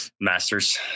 masters